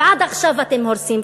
ועד עכשיו אתם הורסים,